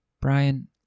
Brian